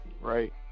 right